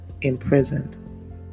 imprisoned